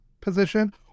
position